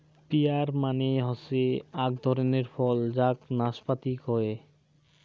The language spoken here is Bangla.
পিয়ার মানে হসে আক ধরণের ফল যাক নাসপাতি কহে